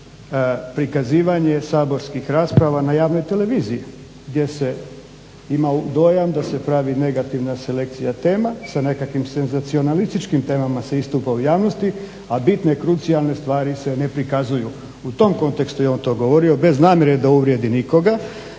prikazivanje saborskih rasprava na javnoj televiziji gdje se ima dojam da se pravi negativna selekcija tema sa nekakvim senzacionalističkim temama se istupa u javnosti a bitne krucijalne stvari se ne prikazuju. U tom kontekstu je on to govorio bez namjere da uvrijedi nikoga.